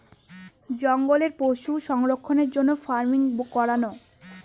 জঙ্গলে পশু সংরক্ষণের জন্য ফার্মিং করাবো